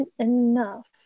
enough